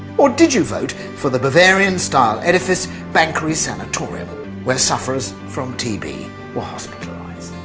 or did you vote for the bavarian-style edifice banchory sanatorium, where sufferers from tb were hospitalized?